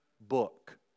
book